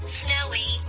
snowy